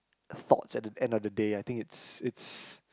thoughts at the end of the day I think it's it's